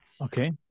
Okay